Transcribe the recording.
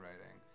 writing